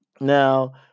Now